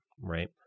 right